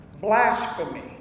blasphemy